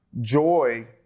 joy